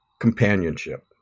companionship